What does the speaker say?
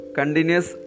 Continuous